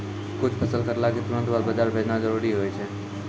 कुछ फसल कटला क तुरंत बाद बाजार भेजना जरूरी होय छै